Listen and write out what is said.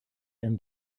end